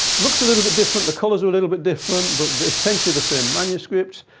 looks a little bit different. the colors are a little bit different, but essentially the same manuscripts.